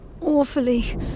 awfully